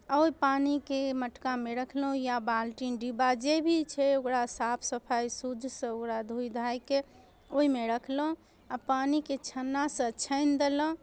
आ ओहि पानिके मटकामे रखलहुँ या बालटिन डिब्बा जे भी छै ओकरा साफ सफाइ शुद्धसँ ओकरा धोइ धाइ कऽ ओहिमे रखलहुँ आ पानिकेँ छन्नासँ छानि देलहुँ